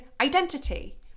identity